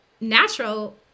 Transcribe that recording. natural